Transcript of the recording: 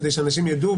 כדי שאנשים ידעו.